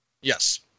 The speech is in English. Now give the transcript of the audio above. Yes